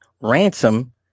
Ransom